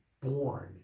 born